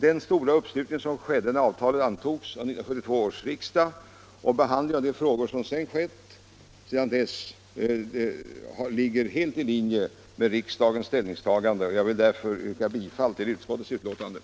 Den stora uppslutning som skedde när avtalet antogs av 1972 års riksdag och behandlingen av de frågor som sedan dess varit aktuella ligger helt i linje med riksdagens ställningstagande. Jag vill därför yrka bifall till utskottets hemställan.